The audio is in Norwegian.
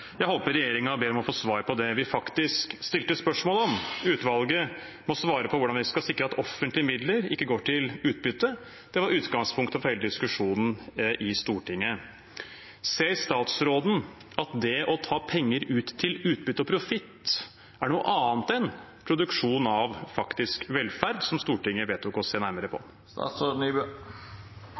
håper regjeringen ber om å få svar på det vi faktisk stilte spørsmål om. Utvalget må svare på hvordan vi skal sikre at offentlige midler ikke går til utbytte. Det var utgangspunktet for hele diskusjonen i Stortinget.» Ser statsråden at det å ta penger ut til utbytte og profitt er noe annet enn produksjon av faktisk velferd, som Stortinget vedtok å se nærmere på?